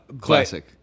Classic